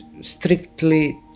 strictly